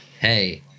hey